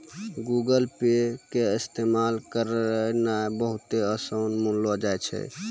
Google Pay के इस्तेमाल करनाय बहुते असान मानलो जाय छै